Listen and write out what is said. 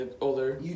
Older